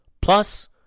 Plus